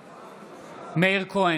בעד מאיר כהן,